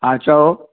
हा चओ